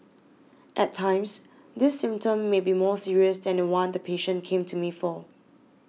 at times this symptom may be more serious than the one the patient came to me for